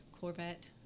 Corvette